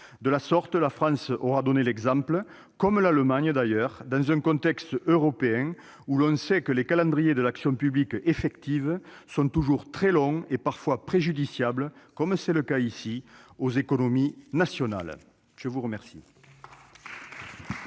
De la sorte, la France aura donné l'exemple, comme l'Allemagne, d'ailleurs, dans un contexte européen où l'on sait que les calendriers de l'action publique effective sont toujours très longs et parfois préjudiciables, comme c'est le cas en l'espèce, aux économies nationales ! La parole